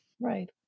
Right